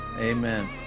Amen